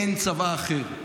אין צבא אחר.